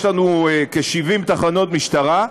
יש לנו כ-70 תחנות משטרה,